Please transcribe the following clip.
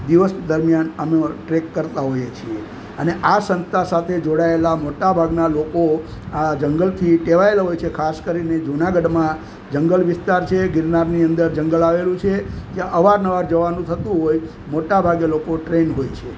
દિવસ દરમિયાન અમે ઉવા ટ્રેક કરતા હોઈએ છીએ અને આ સંસ્થા સાથે જોડાયેલાં મોટા ભાગના લોકો આ જંગલથી ટેવાયેલાં હોય છે ખાસ કરીને જૂનાગઢમાં જંગલ વિસ્તાર છે ગિરનારની અંદર જંગલ આવેલું છે ત્યાં અવારનવાર જવાનું થતું હોય મોટા ભાગે લોકો ટ્રેઈન્ડ હોય છે